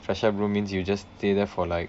fresh up room means you just stay there for like